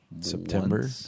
September